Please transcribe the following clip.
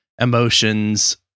emotions